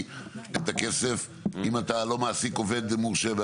את הכסף אם אתה מעסיק עובד לא מורשה.